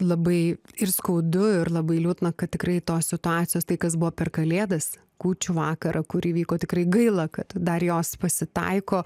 labai ir skaudu ir labai liūdna kad tikrai tos situacijos tai kas buvo per kalėdas kūčių vakarą kur įvyko tikrai gaila kad dar jos pasitaiko